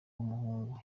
w’umuhungu